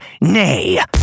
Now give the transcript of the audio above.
Nay